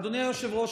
אדוני היושב-ראש,